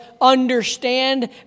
understand